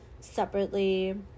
separately